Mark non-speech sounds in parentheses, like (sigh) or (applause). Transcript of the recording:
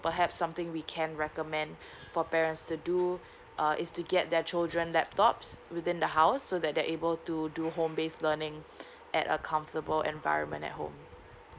perhaps something we can recommend for parents to do uh is to get their children laptops within the house so that they're able to do home based learning (breath) at a comfortable environment at home